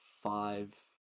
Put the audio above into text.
five